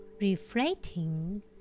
reflecting